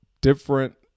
different